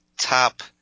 top